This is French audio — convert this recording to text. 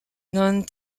non